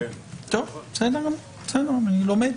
נעבור